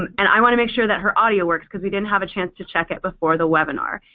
and i want to make sure that her audio works because we didn't have a chance to check it before the webinar.